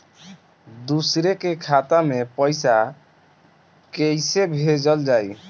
दूसरे के खाता में पइसा केइसे भेजल जाइ?